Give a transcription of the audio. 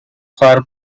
for